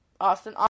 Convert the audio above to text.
Austin